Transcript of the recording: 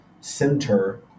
center